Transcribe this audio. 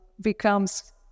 becomes